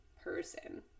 person